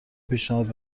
پیشنهاد